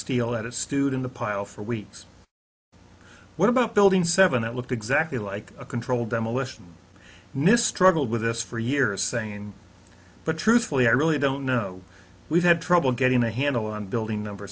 steel that it stewed in the pile for weeks what about building seven that looked exactly like a controlled demolition nys struggled with this for years saying but truthfully i really don't know we've had trouble getting a handle on building number